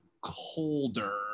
colder